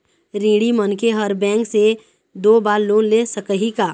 ऋणी मनखे हर बैंक से दो बार लोन ले सकही का?